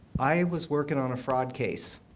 i was working on a fraud case.